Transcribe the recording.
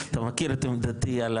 אתה מכיר את דעתי על